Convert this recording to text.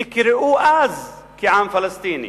נקראו אז כעם פלסטיני.